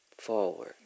forward